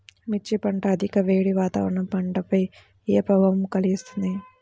మిర్చి పంట అధిక వేడి వాతావరణం పంటపై ఏ ప్రభావం కలిగిస్తుంది?